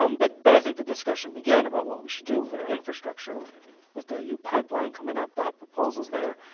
um but but i think the discussion began about what we should do with our infrastructure, with i mean with the ute pipeline coming up, that proposal is there.